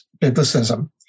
biblicism